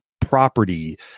property